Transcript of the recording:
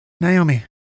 Naomi